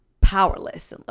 powerless